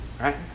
right